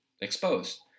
exposed